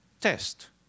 Test